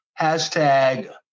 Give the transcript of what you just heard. hashtag